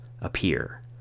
appear